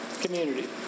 community